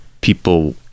people